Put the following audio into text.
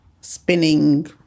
spinning